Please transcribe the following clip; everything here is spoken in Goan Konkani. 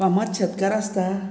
फामाद शेतकार आसता